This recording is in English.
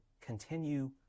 continue